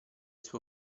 suo